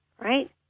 Right